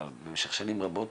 אבל במשך שנים רבות